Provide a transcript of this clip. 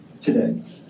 today